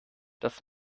das